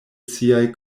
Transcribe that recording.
siaj